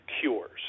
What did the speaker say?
cures